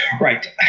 Right